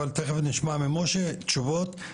אבל תיכף נשמע ממשה תשובות,